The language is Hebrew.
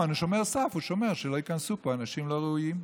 שומר סף הוא שומר שלא ייכנסו לפה אנשים לא ראויים.